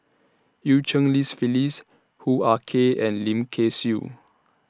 EU Cheng Li Phyllis Hoo Ah Kay and Lim Kay Siu